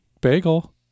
bagel